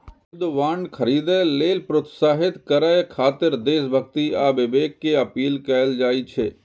युद्ध बांड खरीदै लेल प्रोत्साहित करय खातिर देशभक्ति आ विवेक के अपील कैल जाइ छै